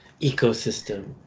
ecosystem